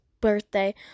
birthday